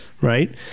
right